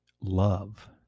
love